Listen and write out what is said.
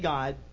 God